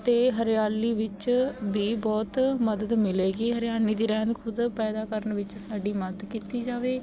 ਅਤੇ ਹਰਿਆਲੀ ਵਿੱਚ ਵੀ ਬਹੁਤ ਮਦਦ ਮਿਲੇਗੀ ਹਰਿਆਲੀ ਦੀ ਰਹਿੰਦ ਖੂੰਹਦ ਪੈਦਾ ਕਰਨ ਵਿੱਚ ਸਾਡੀ ਮਦਦ ਕੀਤੀ ਜਾਵੇ